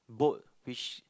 boat which